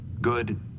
good